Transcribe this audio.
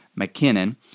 McKinnon